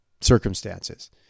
circumstances